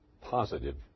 positive